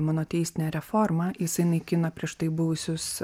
monoteisinę reformą jisai naikina prieš tai buvusius